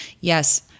yes